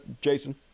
Jason